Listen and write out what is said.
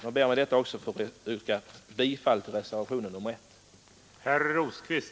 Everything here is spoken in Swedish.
Jag ber med detta att få yrka bifall till reservationen 1.